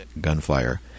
gunfire